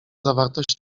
zawartość